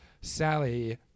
Sally